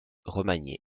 remanié